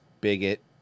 Bigot